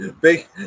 big